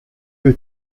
que